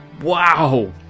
Wow